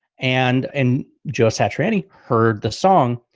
and and joe satriani heard the song.